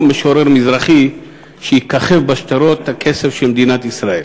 משורר מזרחי אחד שיככב בשטרות הכסף של מדינת ישראל.